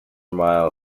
mile